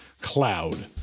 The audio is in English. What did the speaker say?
Cloud